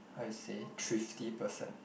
I say thrifty person